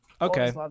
Okay